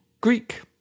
greek